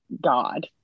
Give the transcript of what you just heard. god